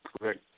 Correct